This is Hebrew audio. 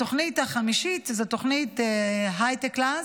התוכנית החמישית היא תוכנית הייטקלאס.